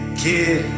kid